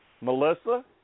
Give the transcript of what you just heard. Melissa